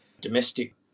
domestic